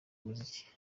muziki